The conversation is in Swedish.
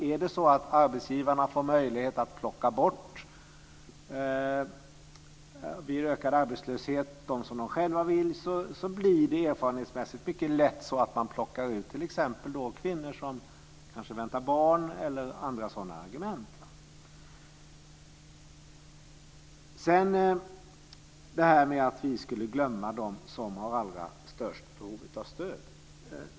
Är det så att arbetsgivarna vid ökad arbetslöshet får möjlighet att plocka bort dem som de själva vill, blir det erfarenhetsmässigt mycket lätt så att man plockar ut kvinnor som kanske väntar barn eller annat sådant. Att vi skulle glömma dem som har allra störst behov av stöd.